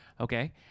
Okay